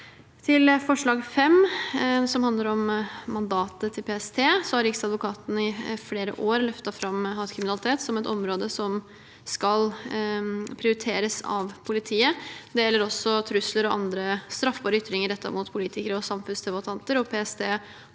Til forslag nr. 5, som handler om mandatet til PST: Riksadvokaten har i flere år løftet fram hatkriminalitet som et område som skal prioriteres av politiet. Det gjelder også trusler og andre straffbare ytringer rettet mot politikere og samfunnsdebattanter. Og PST har et